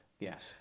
Yes